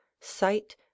sight